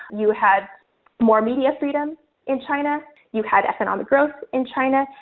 you had more media freedom in china. you had economic growth in china,